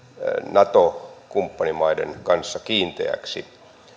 nato kumppanimaiden kanssa kiinteiksi